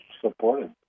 Supported